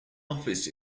office